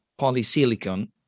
polysilicon